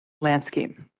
landscape